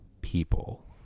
people